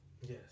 Yes